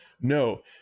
no